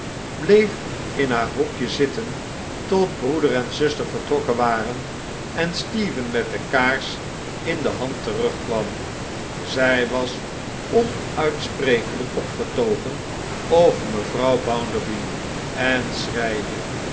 bleef in haar hoekje zitteh tot broeder en zuster vertrokken waren en stephen met de kaars in de hand terugkwam zij was onuitsprekelijk opgetogen over mevrouw bounderby en